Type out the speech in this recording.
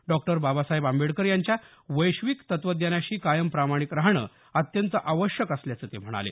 doctor Babasaheb Ambedkar यांच्या वैश्विक तत्वज्ञानाशी कायम प्रामाणिक राहणं अत्यंत आवश्यक असल्याचं ते म्हणाले